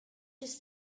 this